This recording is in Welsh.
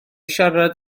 siarad